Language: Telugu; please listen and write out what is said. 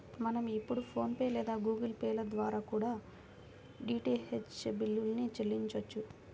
మనం ఇప్పుడు ఫోన్ పే లేదా గుగుల్ పే ల ద్వారా కూడా డీటీహెచ్ బిల్లుల్ని చెల్లించొచ్చు